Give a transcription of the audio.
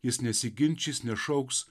jis nesiginčys nešauks